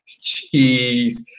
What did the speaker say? Jeez